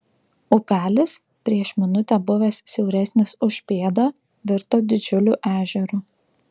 upelis prieš minutę buvęs siauresnis už pėdą virto didžiuliu ežeru